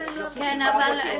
מהתכניות.